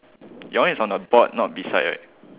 your one is on the board not beside right